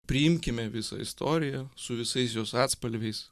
priimkime visą istoriją su visais jos atspalviais